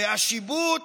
והשיבוט